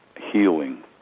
healing